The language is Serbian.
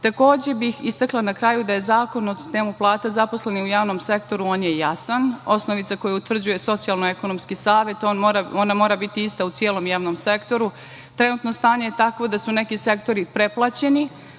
davanja. Istakla bih na kraju da je Zakon o sistemu plata zaposlenih u javnom sektoru jasan. Osnovica koju utvrđuje Socio-ekonomski savet mora biti ista u celom javnom sektoru. Trenutno stanje je takvo da su neki sektori pretplaćeni,